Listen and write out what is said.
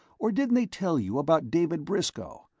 or didn't they tell you about david briscoe,